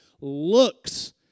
looks